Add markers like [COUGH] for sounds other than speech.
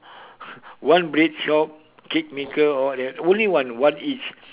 [LAUGHS] one bread shop cake maker all that only one one each